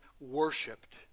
worshipped